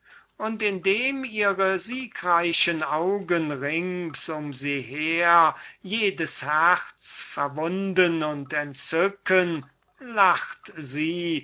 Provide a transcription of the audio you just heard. und indem ihre siegreichen augen ringsum sie her jedes herz verwunden und entzücken lacht sie